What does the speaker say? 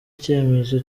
icyemezo